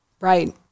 right